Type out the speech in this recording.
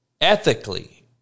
ethically